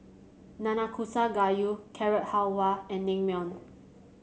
Nanakusa Gayu Carrot Halwa and Naengmyeon